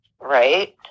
Right